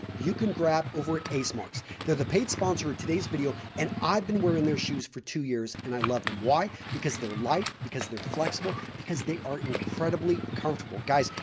you can grab over at ace marks. they're the paid sponsor of today's video and i've been wearing their shoes for two years and i love them. why? because they're light, because they're flexible, because they are incredibly comfortable, guys,